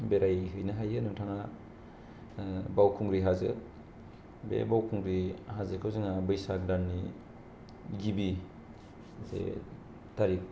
बेराय हैनो हायो नोंथाङा बावखुंग्रि हाजो बे बावखुंग्रि हाजोखौजोंहा बैसाग दाननि गिबि एक थारिक